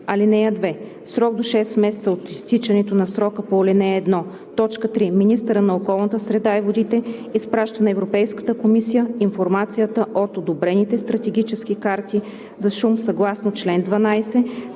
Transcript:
„(2) В срок до шест месеца от изтичането на срока по ал. 1, т. 3 министърът на околната среда и водите изпраща на Европейската комисия информацията от одобрените стратегически карти за шум съгласно чл. 12,